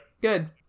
Good